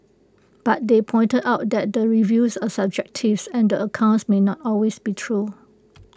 but they pointed out that the reviews are subjectives and the accounts may not always be true